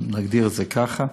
נגדיר את זה ככה,